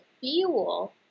fuel